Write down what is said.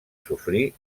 sofrir